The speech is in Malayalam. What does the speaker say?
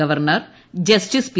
governor justice P